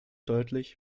deutlich